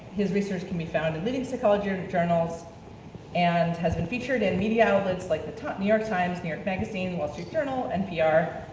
his research can be found in leading psychology journals and has been featured in media outlets like the new york times, new york magazine, the wall street journal, npr,